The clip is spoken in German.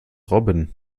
robin